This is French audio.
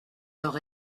leur